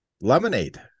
lemonade